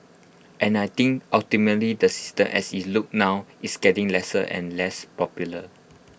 and I think ultimately the system as IT looks now is getting less and less popular